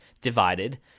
divided